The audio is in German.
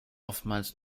oftmals